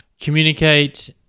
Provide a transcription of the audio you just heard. Communicate